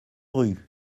rue